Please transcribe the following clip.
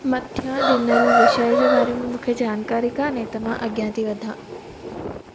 मथां ॾिनल विषय जे बारे में मूंखे जानकारी कोन्हे त मां अॻियां थी वधां